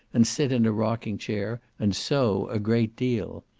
and sit in a rocking-chair, and sew a great deal.